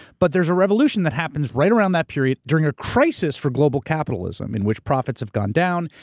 but there's a revolution that happens right around that period during a crisis for global capitalism, in which profits have gone down,